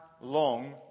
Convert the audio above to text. long